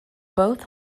both